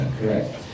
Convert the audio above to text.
correct